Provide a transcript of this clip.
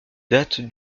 date